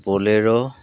bolero